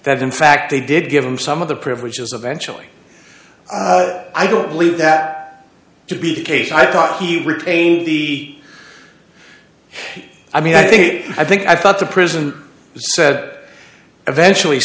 that in fact they did give him some of the privileges of eventually i don't believe that to be the case i thought he retained the i mean i think i think i thought the prison said eventually